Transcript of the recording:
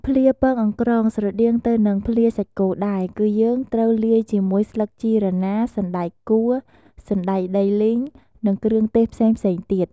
ភ្លាពងអង្រ្កងស្រដៀងទៅនឹងភ្លាសាច់គោដែរ គឺយើងត្រូវលាយជាមួយស្លឹកជីរណា សណ្ដែកកួរ សណ្ដែកដីលីង និងគ្រឿងទេសផ្សេងៗទៀត។